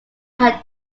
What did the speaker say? had